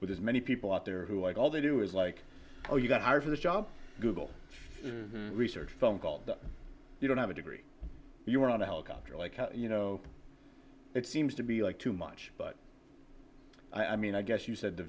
with as many people out there who like all they do is like oh you got hired for this job google research phone calls you don't have a degree you're on a helicopter like you know it seems to be like too much but i mean i guess you said the